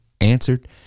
answered